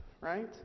right